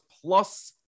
plus